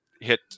hit